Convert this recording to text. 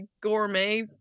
gourmet